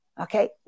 Okay